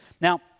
Now